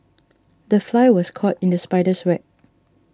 the fly was caught in the spider's web